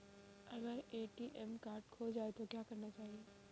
अगर ATM card खो जाए तो क्या करना चाहिए?